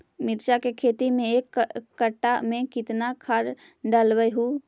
मिरचा के खेती मे एक कटा मे कितना खाद ढालबय हू?